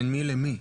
בין מי למי?